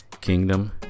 Kingdom